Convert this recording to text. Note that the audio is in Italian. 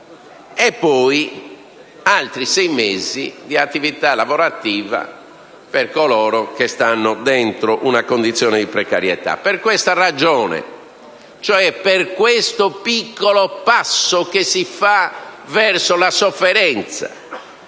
altri sei mesi di attività lavorativa per coloro che vivono una condizione di precarietà. Per tale ragione, cioè per il piccolo passo che si compie verso la sofferenza,